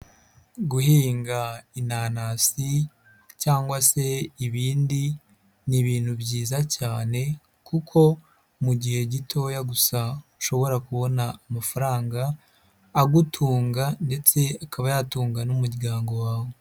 Guhinga inanasi cyangwa se ibindi ni ibintu byiza cyane kuko mu gihe gitoya gusa ushobora kubona amafaranga agutunga ndetse akaba yatunga n'umuryango wawe.